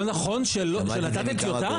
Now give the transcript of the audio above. לא נכון, שנתתם טיוטה?